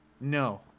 No